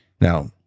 Now